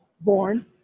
born